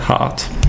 heart